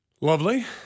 Lovely